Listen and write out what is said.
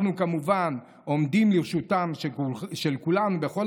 אנחנו כמובן עומדים לרשותם של כולם בכל